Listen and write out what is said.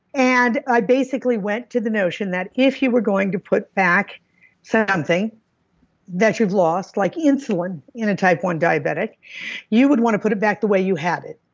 and i basically went to the notion that if you were going to put back so something that you've lost, like insulin in a type one diabetic you would want to put it back the way you had it